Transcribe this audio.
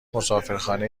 مسافرخانه